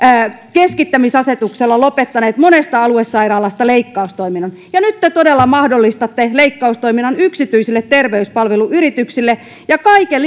keskittämisasetuksella lopettaneet monesta aluesairaalasta leikkaustoiminnan ja nyt te todella mahdollistatte leikkaustoiminnan yksityisille terveyspalveluyrityksille ja kaiken